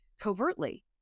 covertly